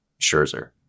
Scherzer